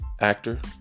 actor